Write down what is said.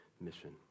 mission